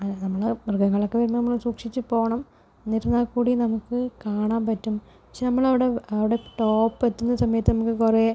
നമ്മൾ മൃഗങ്ങളൊക്കെ വരുമ്പോൾ നമ്മൾ സൂക്ഷിച്ച് പോകണം എന്നിരുന്നാൽ കൂടി നമുക്ക് കാണാൻ പറ്റും പക്ഷെ നമ്മളവിടെ അവിടെ ടോപ്പെത്തുന്ന സമയത്ത് നമുക്ക് കുറേ